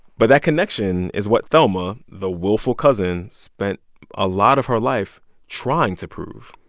but that connection is what thelma, the willful cousin, spent a lot of her life trying to prove.